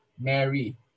Mary